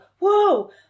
whoa